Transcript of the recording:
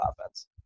offense